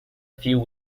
few